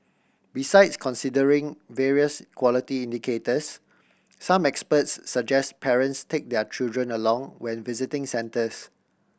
besides considering various quality indicators some experts suggest parents take their children along when visiting centres